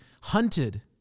hunted